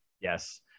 Yes